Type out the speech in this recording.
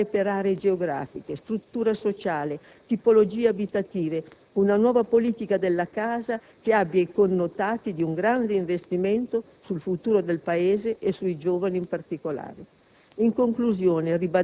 Occorre dunque calibrare per aree geografiche, struttura sociale, tipologie abitative; una nuova politica della casa che abbia i connotati di un grande investimento sul futuro del Paese e sui giovani in particolare.